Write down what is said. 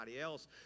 else